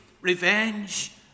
revenge